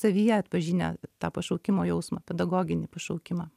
savyje atpažinę tą pašaukimo jausmą pedagoginį pašaukimą